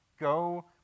Go